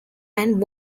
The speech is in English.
and